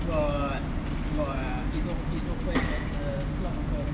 got got is is open as a slot perm